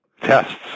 tests